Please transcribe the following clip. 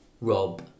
Rob